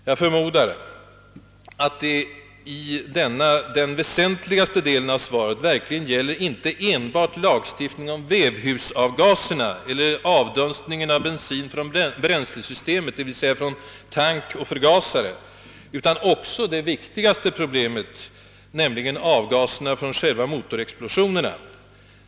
Jag förmodar att denna den väsentligaste delen av svaret verkligen gäller inte enbart lagstiftning om vevhusavgaserna eller avdunstningen av bensin från bränslesystemet, d.v.s. tank och förgasare, utan också det viktigaste problemet, nämligen avgaserna från själva motorexplosionerna.